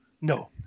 No